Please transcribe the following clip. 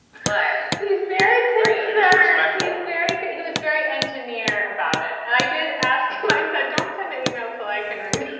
but he's very, very respectful, very good. he was very engineer about it. and i did ask i said, don't send that yeah e-mail so i can read